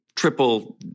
triple